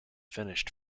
finished